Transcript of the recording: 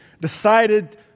decided